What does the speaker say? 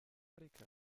rica